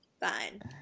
Fine